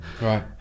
Right